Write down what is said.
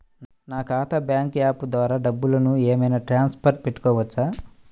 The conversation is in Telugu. నా ఖాతా బ్యాంకు యాప్ ద్వారా డబ్బులు ఏమైనా ట్రాన్స్ఫర్ పెట్టుకోవచ్చా?